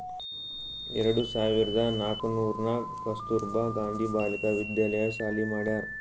ಎರಡು ಸಾವಿರ್ದ ನಾಕೂರ್ನಾಗ್ ಕಸ್ತೂರ್ಬಾ ಗಾಂಧಿ ಬಾಲಿಕಾ ವಿದ್ಯಾಲಯ ಸಾಲಿ ಮಾಡ್ಯಾರ್